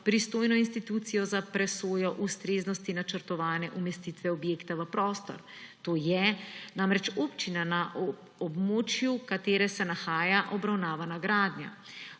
pristojno institucijo za presojo ustreznosti načrtovane umestitve objekta v prostor. To je občina, na območju katere se nahaja obravnavana gradnja.